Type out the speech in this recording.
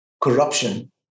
corruption